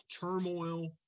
turmoil